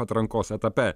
atrankos etape